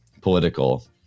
political